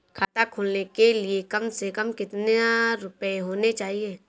खाता खोलने के लिए कम से कम कितना रूपए होने चाहिए?